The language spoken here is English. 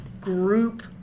group